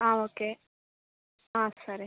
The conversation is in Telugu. ఓకే సరే